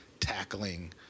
tackling